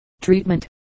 Treatment